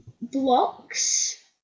blocks